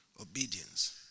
obedience